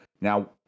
Now